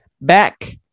Back